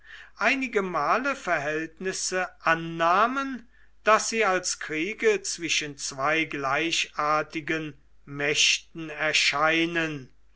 einige male verhältnisse annahmen daß sie als kriege zwischen zwei gleichartigen mächten erscheinen